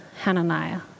Hananiah